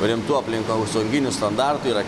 rimtų aplinkosauginių standartų yra